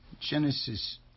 Genesis